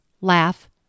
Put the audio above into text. laugh